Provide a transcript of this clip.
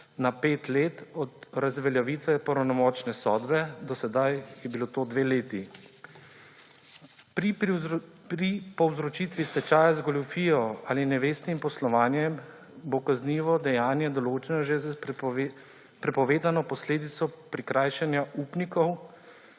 na pet let od razveljavitve pravnomočne sodbe. Do sedaj je bilo to dve leti. Pri povzročitvi stečaja z goljufijo ali nevestnim poslovanjem bo kaznivo dejanje določeno že s prepovedano posledico prikrajšanja upnikov.